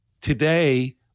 today